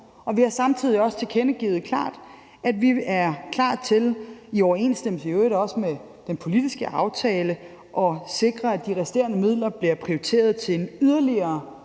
vi har samtidig klart tilkendegivet, at vi er klar til, i øvrigt også i overensstemmelse med den politiske aftale, at sikre, at de resterende midler bliver prioriteret til en yderligere